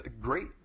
Great